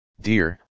Dear